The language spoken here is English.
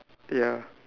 ya